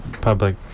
public